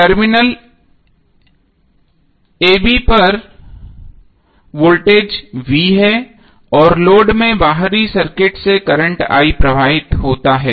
terminal a b पर voltage V है और लोड में बाहरी सर्किट से करंट I प्रवाहित होता है